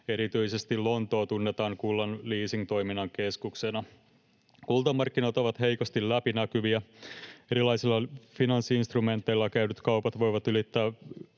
Erityisesti Lontoo tunnetaan kullan leasingtoiminnan keskuksena. Kultamarkkinat ovat heikosti läpinäkyviä. Erilaisilla finanssi-instrumenteilla käydyt kaupat voivat ylittää